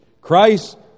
Christ